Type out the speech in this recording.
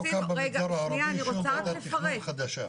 הוקמה במגזר הערבי שום ועדת תכנון חדשה.